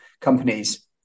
companies